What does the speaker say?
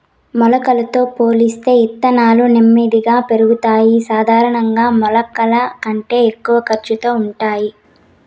మొలకలతో పోలిస్తే ఇత్తనాలు నెమ్మదిగా పెరుగుతాయి, సాధారణంగా మొలకల కంటే తక్కువ ఖర్చుతో ఉంటాయి